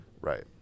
Right